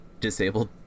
disabled